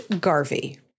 Garvey